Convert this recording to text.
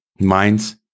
Minds